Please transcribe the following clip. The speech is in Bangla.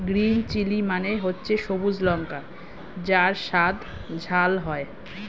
গ্রিন চিলি মানে হচ্ছে সবুজ লঙ্কা যার স্বাদ ঝাল হয়